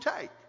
take